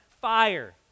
fire